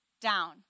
down